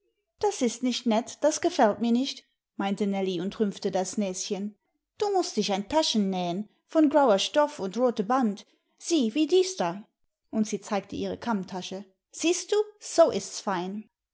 das ist nicht nett das gefällt mir nicht meinte nellie und rümpfte das näschen du mußt dich ein taschen nähen von grauer stoff und rote band sieh wie dies da und sie zeigte ihre kammtasche siehst du so ist's fein